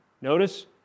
Notice